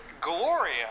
Gloria